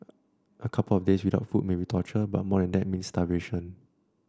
a couple of days without food may be torture but more than that means starvation